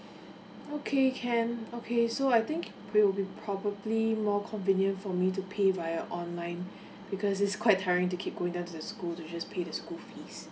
okay can okay so I think it will be probably more convenient for me to pay via online because it's quite tiring to keep going there to the school to just pay the school fees